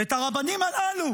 ואת הרבנים הללו